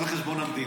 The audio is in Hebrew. על חשבון המדינה.